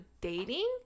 dating